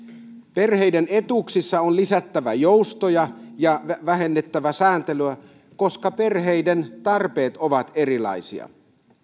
perheiden etuuksissa on lisättävä joustoja ja vähennettävä sääntelyä koska perheiden tarpeet ovat erilaisia